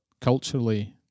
culturally